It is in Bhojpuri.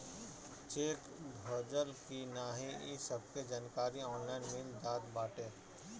चेक भजल की नाही इ सबके जानकारी ऑनलाइन मिल जात बाटे